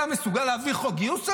אתה מסוגל להעביר חוק גיוס היום?